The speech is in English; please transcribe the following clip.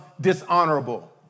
dishonorable